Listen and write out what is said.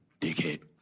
dickhead